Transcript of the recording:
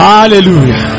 Hallelujah